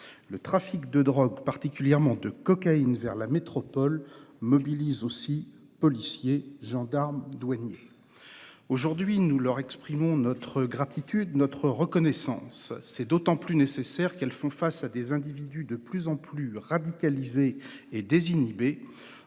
Le trafic de drogue, particulièrement de cocaïne, vers la métropole mobilise aussi policiers, gendarmes et douaniers. Aujourd'hui, nous exprimons notre reconnaissance aux forces de l'ordre. C'est d'autant plus nécessaire qu'elles font face à des individus de plus en plus radicalisés et désinhibés,